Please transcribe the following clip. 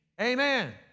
amen